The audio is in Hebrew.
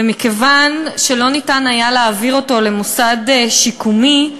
ומכיוון שלא היה אפשר להעביר אותו למוסד שיקומי,